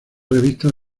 revistas